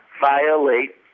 violate